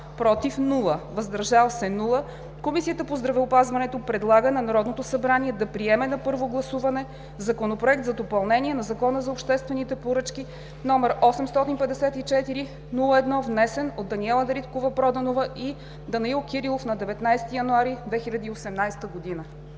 „против” и „въздържали се”, Комисията по здравеопазването предлага на Народното събрание да приеме на първо гласуване Законопроект за допълнение на Закона за обществените поръчки, № 854-01-2, внесен от Даниела Дариткова-Проданова и Данаил Кирилов на 19 януари 2018 г.“